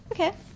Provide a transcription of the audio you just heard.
Okay